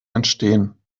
entstehen